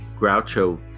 Groucho